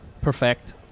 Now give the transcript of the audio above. perfect